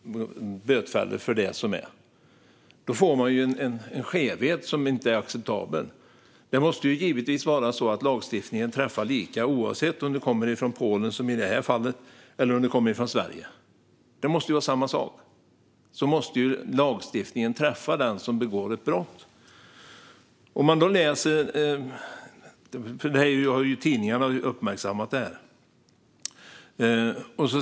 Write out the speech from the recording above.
Då får vi en skevhet som inte är acceptabel. Det måste givetvis vara så att lagstiftningen träffar lika, oavsett om du kommer från Polen, som i det här fallet, eller om du kommer från Sverige. Det måste vara samma sak. Lagstiftningen måste träffa den som begår ett brott. Tidningarna har uppmärksammat det här.